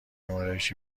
آرایشی